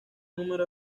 número